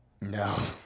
No